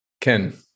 Ken